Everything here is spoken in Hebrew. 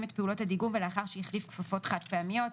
את פעולות הדיגום ולאחר שהחליף כפפות חד פעמיות,